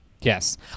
Yes